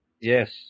Yes